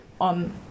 on